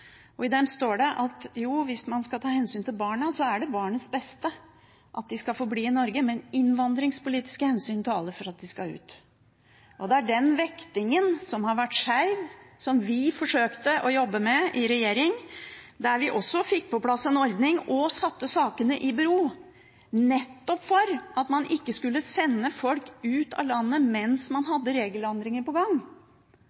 og i dem står det at hvis man skal ta hensyn til barna, er det til barnas beste at de får bli i Norge. Men innvandringspolitiske hensyn taler for at de skal ut. Den er den vektingen som har vært skjev, og som vi forsøkte å jobbe med i regjering. Der fikk vi på plass en ordning og satte sakene i bero, nettopp for at man ikke skulle sende folk ut av landet mens man